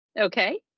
Okay